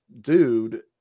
dude